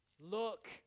Look